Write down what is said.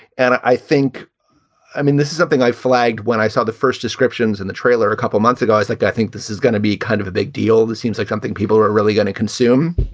and i think i mean, this is something i flagged when i saw the first descriptions in the trailer a couple months ago is like, i think this is gonna be kind of a big deal that seems like something people are really going to consume.